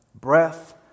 Breath